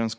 dag.